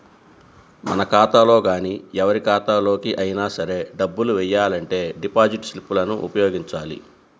మన ఖాతాలో గానీ ఎవరి ఖాతాలోకి అయినా సరే డబ్బులు వెయ్యాలంటే డిపాజిట్ స్లిప్ లను ఉపయోగించాలి